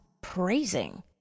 praising